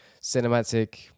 cinematic